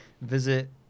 visit